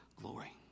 glory